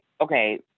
okay